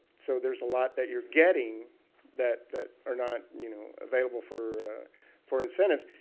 so there's a lot that you're getting that that are not you know available for for incentives.